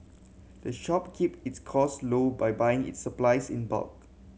the shop keep its cost low by buying its supplies in bulk